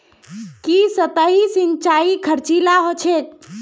की सतही सिंचाई खर्चीला ह छेक